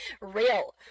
real